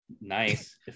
nice